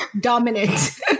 Dominant